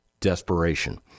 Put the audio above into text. desperation